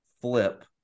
flip